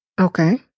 Okay